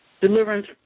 Deliverance